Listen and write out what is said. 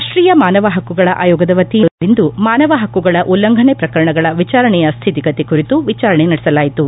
ರಾಷ್ಟೀಯ ಮಾನವ ಹಕ್ಕುಗಳ ಅಯೋಗದ ವತಿಯಿಂದ ಬೆಂಗಳೂರಿನಲ್ಲಿಂದು ಮಾನವ ಹಕ್ಕುಗಳ ಉಲ್ಲಂಫನೆ ಪ್ರಕರಣಗಳ ವಿಚಾರಣೆಯ ಸ್ಥಿತಿಗತಿ ಕುರಿತು ವಿಚಾರಣೆ ನಡೆಸಲಾಯಿತು